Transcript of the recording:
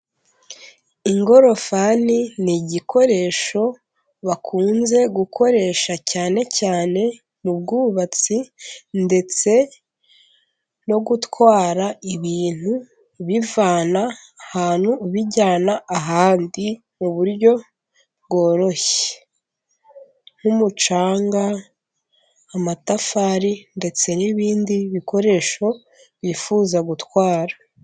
Ingorofani ni igikoresho bakunze gukoresha cyane cyane mu bwubatsi, ndetse no gutwara ibintu ubivana ahantu ubijyana ahandi mu buryo bworoshye, nk'umucanga, amatafari, ndetse n'ibindi bikoresho bifuza gutwara.